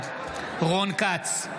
בעד רון כץ,